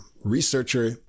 researcher